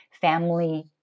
family